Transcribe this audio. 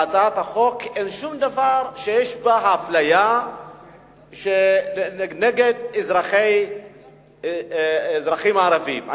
בהצעת החוק אין שום דבר שיש בו אפליה נגד אזרחים ערבים.